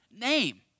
name